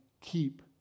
keep